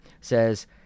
says